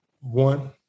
One